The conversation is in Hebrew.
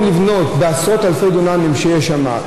לבנות דיור בעשרות אלפי דונמים שיש שם,